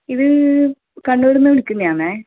ഇത് കണ്ണൂരിൽ നിന്ന് വിളിക്കുന്നതാണേ